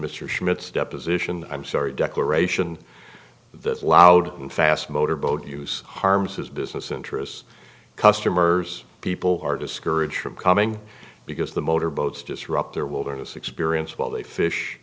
mr schmitz deposition i'm sorry declaration that loud and fast motorboat use harms his business interests customers people are discouraged from coming because the motorboats disrupt their wilderness experience while they fish